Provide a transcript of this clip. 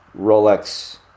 Rolex